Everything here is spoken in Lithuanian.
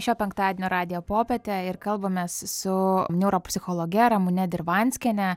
šio penktadienio radijo popietę ir kalbamės su neuropsichologe ramune dirvanskiene